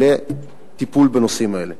לטיפול בנושאים האלה.